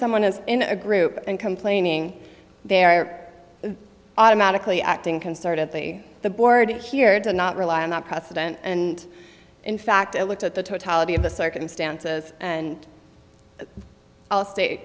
someone is in a group and complaining they're automatically acting can start at the the board here to not rely on our president and in fact i looked at the totality of the circumstances and i'll sta